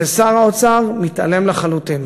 ושר האוצר מתעלם לחלוטין.